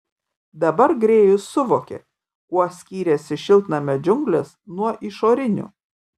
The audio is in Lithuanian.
dabar grėjus suvokė kuo skyrėsi šiltnamio džiunglės nuo išorinių